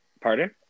Pardon